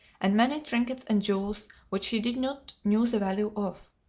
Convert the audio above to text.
and many trinkets and jewels which he did not know the value of.